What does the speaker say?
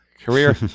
career